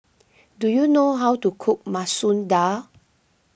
do you know how to cook Masoor Dal